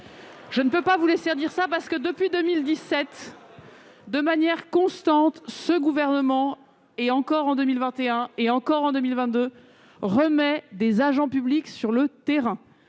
je ne peux pas vous laisser dire cela. Depuis 2017, de manière constante, ce gouvernement- il le fera encore en 2021, et encore en 2022 -remet des agents publics sur le terrain,